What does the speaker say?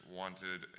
wanted